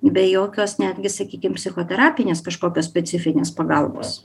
be jokios netgi sakykim psichoterapinės kažkokios specifinės pagalbos